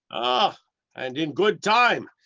ah and in good time!